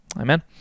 Amen